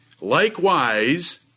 Likewise